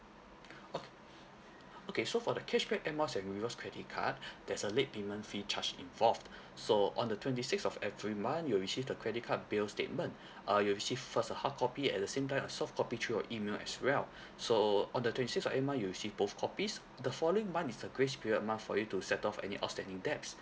oh okay so for the cashback air miles and rewards credit card there's a late payment fee charge involved so on the twenty sixth of every month you will receive the credit card bill statement uh you will receive first a hard copy and the same time a soft copy through your email as well so on the twenty sixth of every month you will receive both copies the following month is a grace period month for you to settle for any outstanding debts